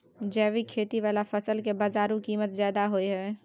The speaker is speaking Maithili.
जैविक खेती वाला फसल के बाजारू कीमत ज्यादा होय हय